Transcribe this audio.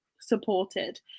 supported